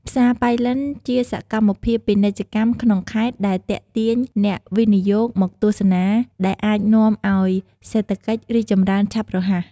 ផ្សារប៉ៃលិន ជាសកម្មភាពពាណិជ្ជកម្មក្នុងខេត្ត ដែលទាក់ទាញអ្នកវិនិយោគមកទស្សនា ដែលអាចនាំឱ្យសេដ្ធកិច្ចរីកចម្រើនឆាប់រហ័ស។